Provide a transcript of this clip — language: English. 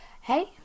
Hey